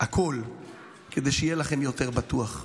הכול כדי שיהיה לכם יותר בטוח.